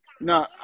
no